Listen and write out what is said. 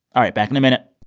all right, back in a minute